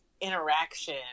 interaction